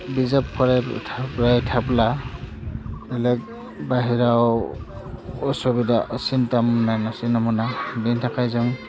बिजाब फराय थाबाय थाब्ला बेलेक बाहेराव असुबिदा सिन्था मोनालासिनो मोना बेनि थाखाय जों